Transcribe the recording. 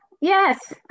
Yes